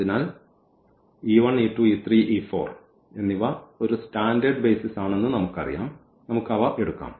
അതിനാൽ ഇവ ഒരു സ്റ്റാൻഡേർഡ് ബേയ്സിസ് ആണെന്ന് നമുക്കറിയാം നമുക്ക് അവ എടുക്കാം